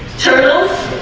turtles